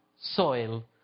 soil